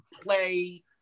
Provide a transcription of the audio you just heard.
play